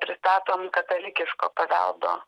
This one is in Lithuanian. pristatom katalikiško paveldo